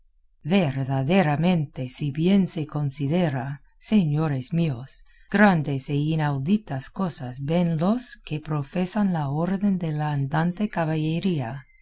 verdaderamente si bien se considera señores míos grandes e inauditas cosas ven los que profesan la orden de la andante caballería